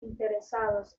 interesados